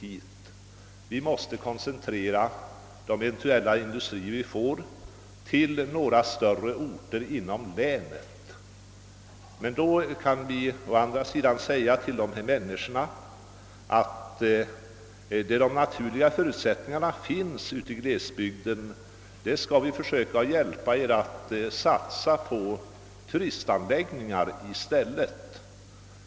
Vi måste koncentrera de industrier vi eventuellt får till några större orter inom länet. I gengäld kan vi säga till dem att där de naturliga förutsättningarna finns ute i glesbygderna kan vi försöka hjälp till genom att satsa på turistanläggningar.